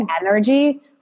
energy